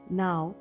now